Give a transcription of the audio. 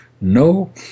No